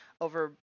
over